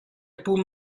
pum